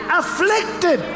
afflicted